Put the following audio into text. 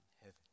heaven